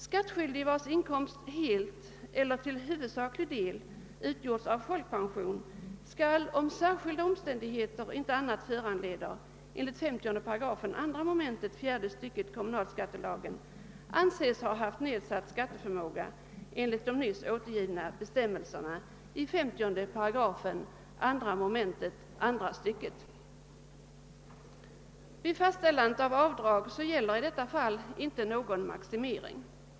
Skattskyldig vars inkomst helt eller till huvudsaklig del utgjorts av folkpension skall — om särskilda omständigheter inte föranleder annat — enligt 50 § 2 mom. fjärde stycket kommunalskattelagen anses ha haft nedsatt skatteförmåga enligt de nyss återgivna bestämmelserna i 50 8 2 mom. andra stycket. Vid fastställandet av avdrag gäller i detta fall inte någon maximering.